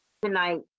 tonight